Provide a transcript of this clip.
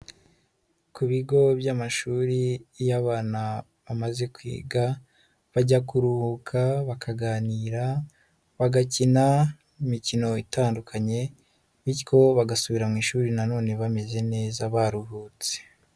Ku bigo by'amashuri iyo abana bamaze kwiga bajya kuruhuka bakaganira bagakina imikino itandukanye bityo bagasubira mu ishuri nanone bameze neza baruhutse.